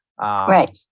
Right